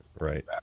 right